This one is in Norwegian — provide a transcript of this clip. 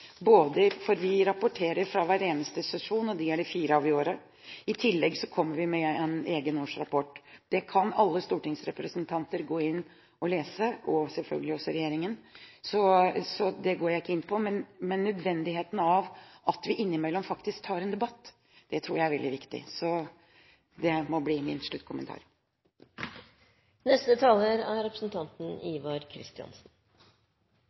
Vi rapporterer fra hver eneste sesjon, fire i året, og i tillegg kommer vi med en egen årsrapport. Det kan alle stortingsrepresentanter lese, og selvfølgelig også regjeringen, så det går jeg ikke inn på, men det er en nødvendighet at vi innimellom tar en debatt. Det tror jeg er veldig viktig, så det må bli min sluttkommentar. Saksordfører Lars Peder Brekk har på en utmerket måte redegjort for en enstemmig komités innstilling i